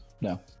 No